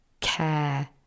care